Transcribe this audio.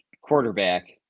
quarterback